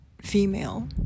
female